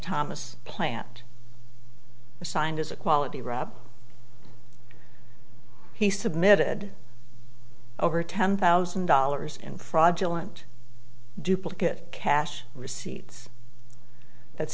thomas plant assigned as a quality rob he submitted over ten thousand dollars in fraudulent duplicate cash receipts that's